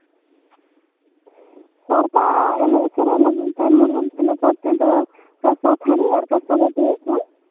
ᱥᱟᱲᱯᱟ ᱮᱱᱮᱡ ᱥᱮᱨᱮᱧ ᱞᱟᱹᱜᱤᱫᱛᱮ ᱢᱩᱬᱩᱫ ᱞᱮᱠᱟ ᱛᱮᱫᱚ ᱠᱟᱸᱥᱟ ᱛᱷᱟ ᱨᱤ ᱟᱨ ᱠᱟᱸᱥᱟ ᱵᱟᱹᱴᱤ ᱦᱚᱯᱚᱱ